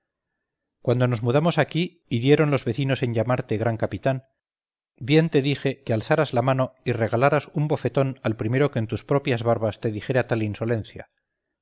cuando nos mudamos aquí y dieron los vecinos en llamarte gran capitán bien te dije que alzaras la mano y regalaras un bofetón al primero que en tus propias barbas te dijera tal insolencia